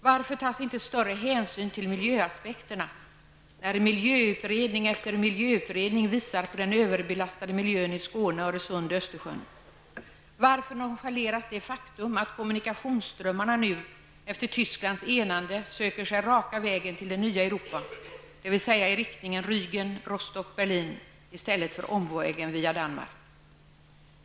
Varför tas inte större hänsyn till miljöaspekterna när miljöutredning efter miljöutredning har visat på den överbelastade miljön i Skåne, Öresund och Östersjön? Varför nonchaleras det faktum att kommunikationsströmmarna nu efter Tysklands enande söker sig raka vägen till det nya Europa, dvs. i riktningen Rügen--Rostock--Berlin i stället för omvägen via Danmark?